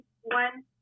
one